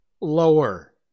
lower